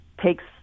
takes